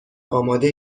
آماده